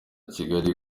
kigali